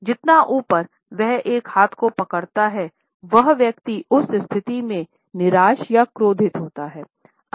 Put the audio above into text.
जितना ऊपर वह एक हाथ को पकड़ता है वह व्यक्ति उस स्थिति में निराश या क्रोधित होता है